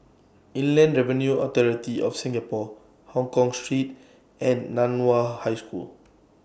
Inland Revenue Authority of Singapore Hongkong Street and NAN Hua High School